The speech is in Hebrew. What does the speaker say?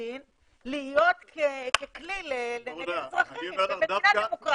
לחלוטין להיות ככלי נגד אזרחים במדינה דמוקרטית?